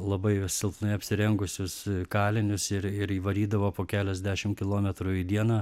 labai silpnai apsirengusius kalinius ir ir įvarydavo po keliasdešim kilometrų į dieną